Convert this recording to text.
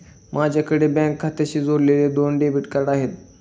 माझ्याकडे बँक खात्याशी जोडलेली दोन डेबिट कार्ड आहेत